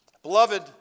Beloved